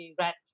rat